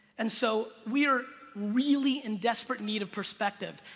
and so we're really in desperate need of perspective.